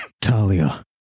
Talia